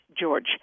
George